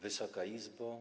Wysoka Izbo!